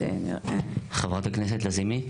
חברת הכנסת לזימי.